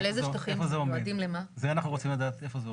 אנחנו רוצים לדעת איפה זה עומד.